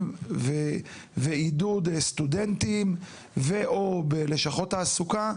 ועידוד סטודנטים ו/או ללשכות תעסוקה,